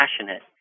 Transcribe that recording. passionate